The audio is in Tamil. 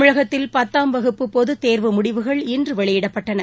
தமிழகத்தில் பத்தாம் வகுப்பு பொதுத் தேர்வு முடிவுகள் இன்றுவெளியிடப்பட்டன